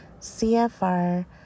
CFR